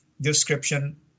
description